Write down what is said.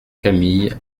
camille